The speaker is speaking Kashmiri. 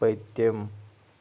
پٔتِم